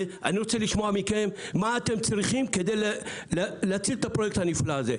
אני רוצה לשמוע מכם מה אתם צריכים כדי להציל את הפרויקט הנפלא הזה.